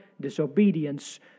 Disobedience